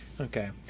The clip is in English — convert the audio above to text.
Okay